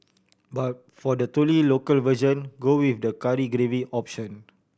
but for the truly local version go with the curry gravy option